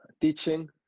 teaching